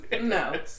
No